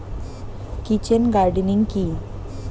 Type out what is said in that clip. Kitchen gardening কি?